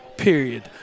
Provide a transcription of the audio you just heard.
Period